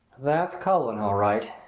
that's cullen, all right,